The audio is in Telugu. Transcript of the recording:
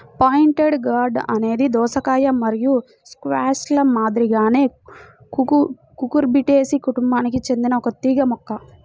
పాయింటెడ్ గార్డ్ అనేది దోసకాయ మరియు స్క్వాష్ల మాదిరిగానే కుకుర్బిటేసి కుటుంబానికి చెందిన ఒక తీగ మొక్క